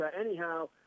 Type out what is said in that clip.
anyhow